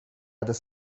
other